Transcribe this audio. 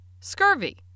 scurvy